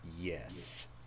Yes